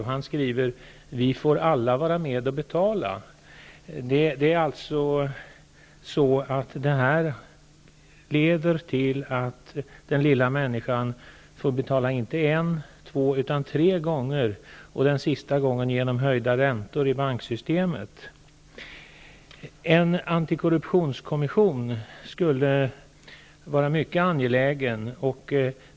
Han skriver att vi får alla vara med att betala. Det här leder till att den lilla människan får betala inte en eller två gånger, utan tre gånger. Den sista gången blir det genom höjda räntor i banksystemet. En antikorruptionskommission skulle vara mycket angelägen.